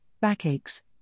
backaches